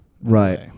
Right